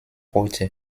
heute